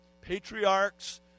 patriarchs